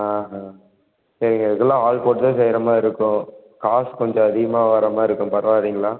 ஆஹான் சரிங்க அதுக்கு எல்லாம் ஆள் போட்டு தான் செய்யற மாதிரி இருக்கும் காசு கொஞ்சம் அதிகமாக வரமாதிரி இருக்கும் பரவால்லீங்களா